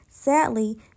Sadly